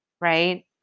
Right